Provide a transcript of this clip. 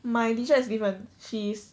my teacher is different she's